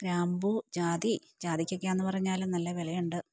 ഗ്രാമ്പു ജാതി ജാതിക്ക ഒക്കെ എന്ന് പറഞ്ഞാലും നല്ല വിലയുണ്ട്